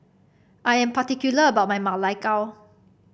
I am particular about my Ma Lai Gao